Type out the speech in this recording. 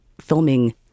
filming